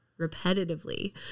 repetitively